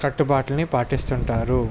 కట్టుబాట్లని పాటిస్తు ఉంటారు